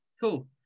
Cool